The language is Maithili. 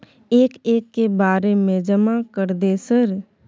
एक एक के बारे जमा कर दे सर?